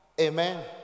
Amen